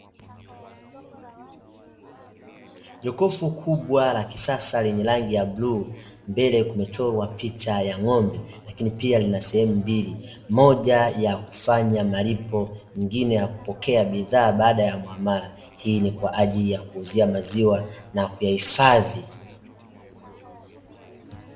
Jokofu kubwa la kisasa lenye rangi ya bluu mbele kumechorwa picha ya ng'ombe, lakini pia lina sehemu mbili, moja ya kufanya malipo, nyingine ya kupokea bidhaa baada ya muamala. Hii ni kwa ajili ya kuuzia maziwa na kuyahifadhi.